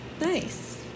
nice